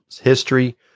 history